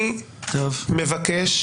אני מבקש.